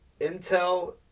Intel